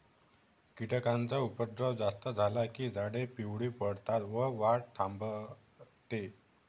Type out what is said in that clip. कीटकांचा उपद्रव जास्त झाला की झाडे पिवळी पडतात व वाढ थांबते